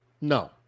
No